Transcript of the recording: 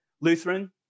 Lutheran